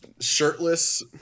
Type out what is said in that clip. Shirtless